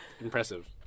impressive